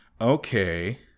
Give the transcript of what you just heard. Okay